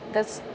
does